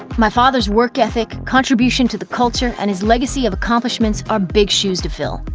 my father's work ethic, contribution to the culture and his legacy of accomplishments, are big shoes to fill.